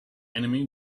enemy